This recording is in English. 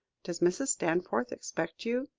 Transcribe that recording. does mrs. stanforth expect you?